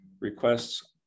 requests